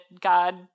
God